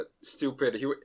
stupid